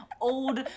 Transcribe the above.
old